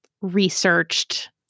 researched